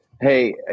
Hey